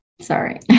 Sorry